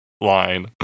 line